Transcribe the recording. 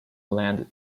landed